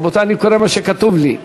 רבותי, אני קורא מה שכתוב לי.